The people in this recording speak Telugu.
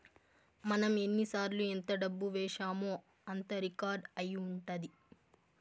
మనం ఎన్నిసార్లు ఎంత డబ్బు వేశామో అంతా రికార్డ్ అయి ఉంటది